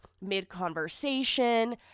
mid-conversation